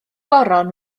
goron